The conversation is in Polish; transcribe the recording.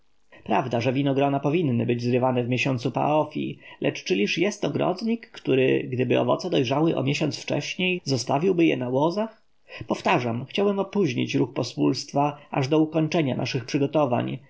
prawda że winogrona powinny być zrywane w miesiącu paofi lecz czyliż jest ogrodnik który gdyby owoce dojrzały o miesiąc wcześniej zostawiłby je na łozach powtarzam chciałem opóźnić ruch pospólstwa aż do ukończenia naszych przygotowań